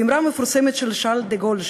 והאמרה המפורסמת של שארל דה-גול,